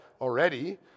already